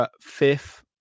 fifth